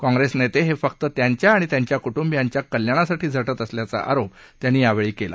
कॉंग्रेस नेते हे फक्त त्यांच्या आणि त्यांच्या कुटुंबियांच्या कल्याणासाठी झटत असल्याचा आरोप त्यांनी यावेळी केला